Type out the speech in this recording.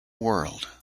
world